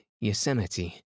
Yosemite